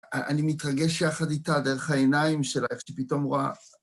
אני מתרגש יחד איתה דרך העיניים שלה, איך שהיא פתאום רואה...